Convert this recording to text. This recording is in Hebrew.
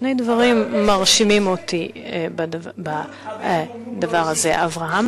שני דברים מרשימים אותי בדבר הזה: אברהם